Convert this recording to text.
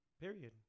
Period